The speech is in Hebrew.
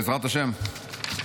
בעזרת השם,